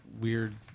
weird